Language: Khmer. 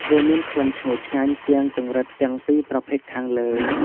វាមានក្លិនឈ្ងុយឆ្ងាញ់ជាងចង្រិតទាំងពីរប្រភេទខាងលើ។